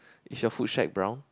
is your food shack brown